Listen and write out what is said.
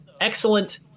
excellent